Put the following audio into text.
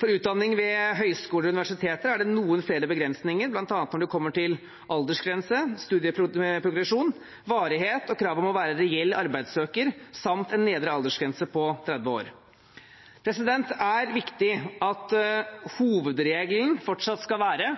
For utdanning ved høyskoler og universiteter er det noen flere begrensninger, bl.a. når det gjelder aldersgrense, studieprogresjon, varighet og krav om å være reell arbeidssøker, samt en nedre aldersgrense på 30 år. Det er viktig at hovedregelen fortsatt skal være